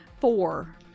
four